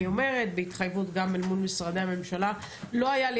אני אומרת בהתחייבות גם אל מול משרדי הממשלה: לא היה לי